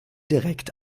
direkt